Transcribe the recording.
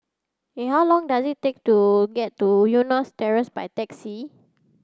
in how long does it take to get to Eunos Terrace by taxi